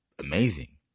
amazing